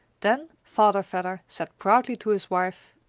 then father vedder said proudly to his wife,